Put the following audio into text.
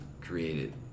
created